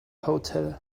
hotel